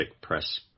press